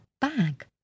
bag